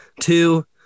two